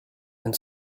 and